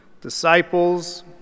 disciples